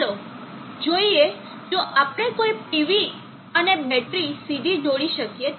ચાલો જોઈએ જો આપણે કોઈ PV અને બેટરી સીધી જોડી શકીએ તો